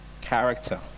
character